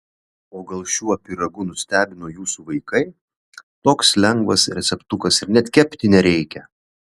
o gal šiuo pyragu nustebino jūsų vaikai toks lengvas receptukas ir net kepti nereikia